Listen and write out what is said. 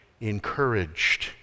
encouraged